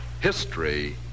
history